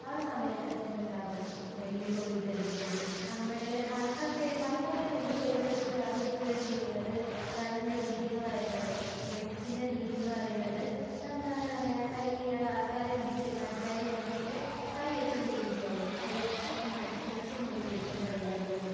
ആ ഒരു സമയത്ത് എത്തുമ്പോൾ എന്താകും നെല്ല് കൊയ്തെടുത്ത് നമ്മുടെ പണ്ടൊക്കെ പണ്ടൊക്കെ നെല്ല് കൊയ്തെടുത്ത് അത് വിറ്റ് ഒക്കെയാണ് അത് ഇതാകുന്ന രീതിയെന്ന് പറയുന്നത് മെതിക്കുന്ന രീതിയെന്ന് പറയുന്നത് അതെന്താണ് പറയാ കൈ ആൾക്കാരെ വിളിച്ച് പണിക്കാരെ നിർത്തിയിട്ട് കൈ വെച്ച് ചെയ്യിക്കയായിരുന്നു കൈ വെച്ച് ഇങ്ങനെ അടിച്ചടിച്ച് നെല്ലെടുക്കുന്ന പരിപാടി ആയിരുന്നു